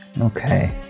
Okay